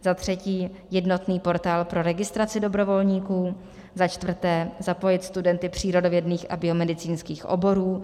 za třetí jednotný portál pro registraci dobrovolníků; za čtvrté zapojit studenty přírodovědných a biomedicínských oborů;